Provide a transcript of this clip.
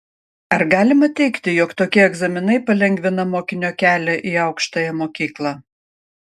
ar galima teigti jog tokie egzaminai palengvina mokinio kelią į aukštąją mokyklą